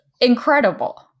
incredible